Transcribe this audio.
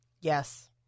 Yes